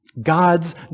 God's